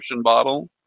bottle